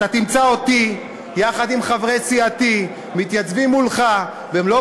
אתה תמצא אותי יחד עם חברי סיעתי מתייצבים מולך במלוא